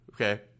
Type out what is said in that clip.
okay